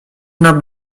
nam